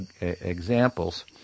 examples